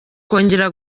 kongera